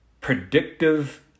predictive